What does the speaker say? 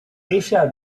ella